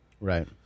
Right